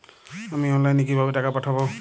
আমি অনলাইনে কিভাবে টাকা পাঠাব?